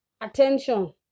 attention